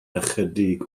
ychydig